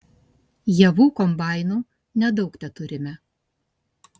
javų kombainų nedaug teturime